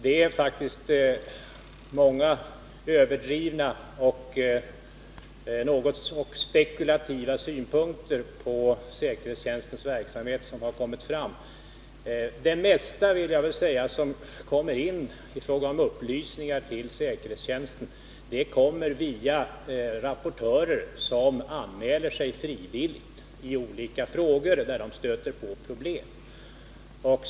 Det är faktiskt många överdrivna och något spekulativa synpunkter på säkerhetstjänstens verksamhet som har kommit fram. Det mesta som kommer in i fråga om upplysningar till säkerhetstjänsten kommer via rapportörer, som anmäler sig frivilligt i olika frågor där de stöter på problem.